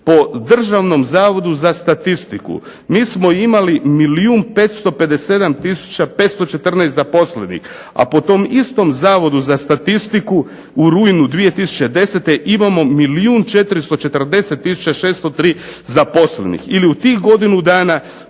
po Državnom zavodu za statistiku mi smo imali milijun 557 tisuća 514 zaposlenih, a po tom istom Zavodu za statistiku u rujnu 2010. imamo milijun 440 tisuće 603 zaposlenih,